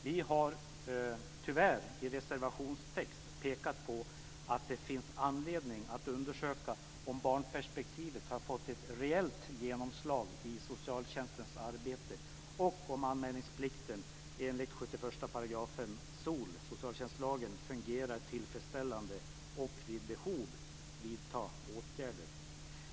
Vi har, tyvärr i reservationstext, pekat på att det finns anledning att undersöka om barnperspektivet har fått ett reellt genomslag i socialtjänstens arbete och om anmälningsplikten, enligt 71 § socialtjänstlagen, fungerar tillfredsställande och att vid behov vidta åtgärder.